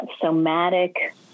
somatic